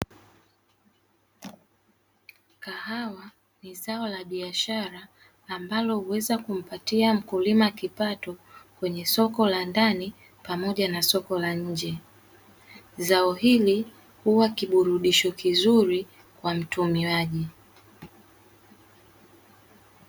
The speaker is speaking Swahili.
Kahawa ni zao la biashara ambalo huweza kumpatia mkulima kipato kwenye soko la ndani pamoja na soko la nje, zao hili huwa kiburudisho kizuri kwa mtumiaji.